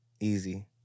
Easy